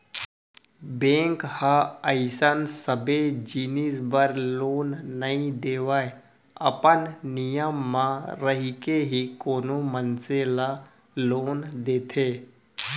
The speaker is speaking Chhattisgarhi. बेंक ह अइसन सबे जिनिस बर लोन नइ देवय अपन नियम म रहिके ही कोनो मनसे ल लोन देथे